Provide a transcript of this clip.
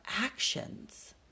actions